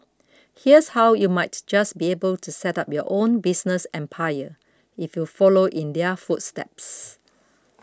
here's how you might just be able to set up your own business empire if you follow in their footsteps